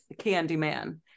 Candyman